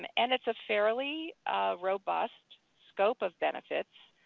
and and it's a fairly robust scope of benefits.